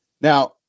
Now